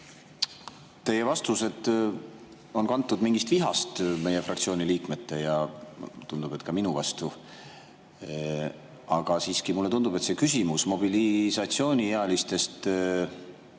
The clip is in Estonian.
Teie vastused on kantud mingist vihast meie fraktsiooni liikmete ja tundub, et ka minu vastu. Aga mulle tundub, et see küsimus mobilisatsiooniealiste